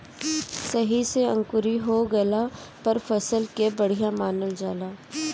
सही से अंकुरी हो गइला पर फसल के बढ़िया मानल जाला